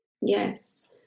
Yes